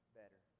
better